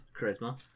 Charisma